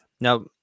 Now